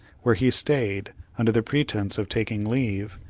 where he stayed, under pretense of taking leave,